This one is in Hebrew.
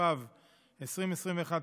התשפ"ב 2021,